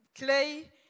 clay